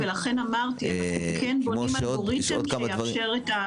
ולכן אמרתי אנחנו כן בונים אלגוריתם שיאפשר.